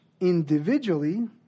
individually